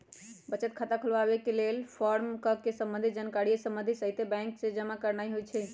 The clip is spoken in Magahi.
बचत खता खोलबाके लेल फारम भर कऽ संबंधित जानकारिय सभके सहिते बैंक में जमा करनाइ होइ छइ